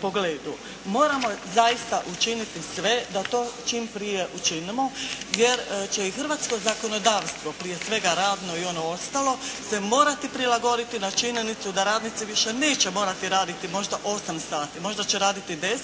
pogledu moramo zaista učiniti sve da to čim prije učinimo, jer će i hrvatsko zakonodavstvo, prije svega radno i ono ostalo se morati prilagoditi na činjenicu da radnici više neće morati raditi možda 8 sati. Možda će raditi 10